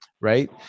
right